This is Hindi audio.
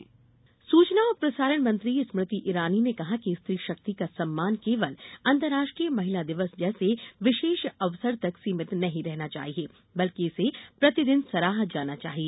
स्मृति इरानी महिला दिवस सूचना और प्रसारण मंत्री स्मृति इरानी ने कहा है कि स्त्री शक्ति का सम्मान केवल अंतरराष्ट्रीय महिला दिवस जैसे विशेष अवसर तक सीमित नहीं रहना चाहिए बल्कि इसे प्रतिदिन सराहा जाना चाहिए